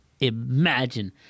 imagine